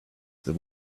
there